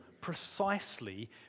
precisely